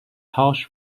harsh